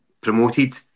promoted